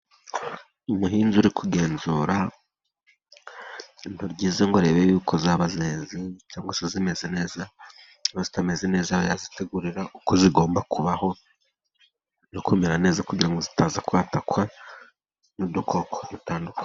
Umuhinzi uri kugenzura intiryi ngo arebe ko zaba zeze cyangwa se ko zimeze neza, zabazitameze neza yazitegurira uko zigomba kubaho no kumera neza kugira ngo zitazatakwa n'udukoko dutandukanye.